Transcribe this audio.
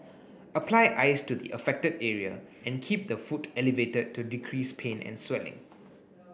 apply ice to the affected area and keep the foot elevated to decrease pain and swelling